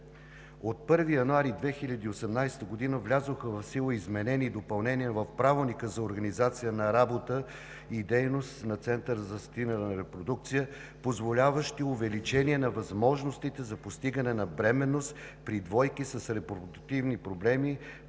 От 1 януари 2018 г., влязоха в сила изменения и допълнения в Правилника за организацията на работата и дейността на Центъра за асистирана репродукция, позволяващи увеличение на възможностите за постигане на бременност при двойки с репродуктивни проблеми